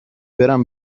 برم